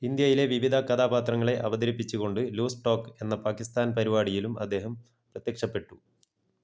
ഇന്ത്യയിലെ വിവിധ കഥാപാത്രങ്ങളെ അവതരിപ്പിച്ചു കൊണ്ട് ലൂസ് ടോക്ക് എന്ന പാകിസ്ഥാൻ പരിപാടിയിലും അദ്ദേഹം പ്രത്യക്ഷപ്പെട്ടു